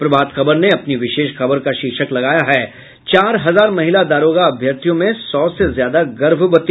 प्रभात खबर ने अपनी विशेष खबर का शीर्षक लगाया है चार हजार महिला दारोगा अभ्यर्थियों में सौ से ज्यादा गर्भवती